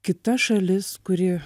kita šalis kuri